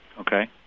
Okay